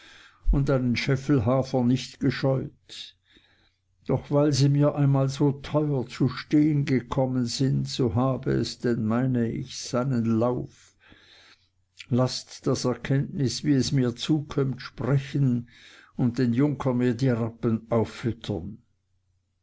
und einen scheffel hafer nicht gescheut doch weil sie mir einmal so teuer zu stehen gekommen sind so habe es denn meine ich seinen lauf laßt das erkenntnis wie es mir zukömmt sprechen und den junker mir die rappen auffüttern